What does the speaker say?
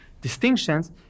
distinctions